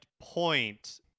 point